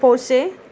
Porsche